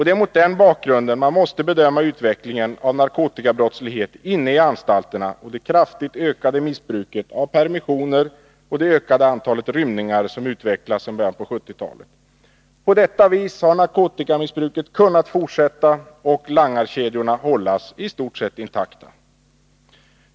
Det är mot denna bakgrund man måste bedöma utvecklingen av narkotikabrottslighet inne i anstalterna och det kraftigt ökade missbruket av permissioner och det ökade antalet rymningar som kunnat noteras sedan början på 1970-talet. På detta vis har narkotikamissbruket kunnat fortsätta och langarkedjorna hållas i stort sett intakta.